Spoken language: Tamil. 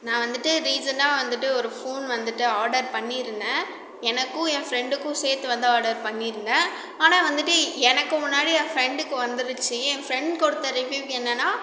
நான் வந்துட்டு ரீசெண்டாக வந்துட்டு ஒரு ஃபோன் வந்துட்டு ஆடர் பண்ணியிருந்தேன் எனக்கும் என் ஃப்ரெண்டுக்கும் சேர்த்து வந்து ஆடர் பண்ணியிருந்தேன் ஆனால் வந்துட்டு எனக்கு முன்னாடி என் ஃப்ரெண்டுக்கு வந்துருச்சு என் ஃப்ரெண்ட் கொடுத்த ரிவ்யூவ் என்னன்னா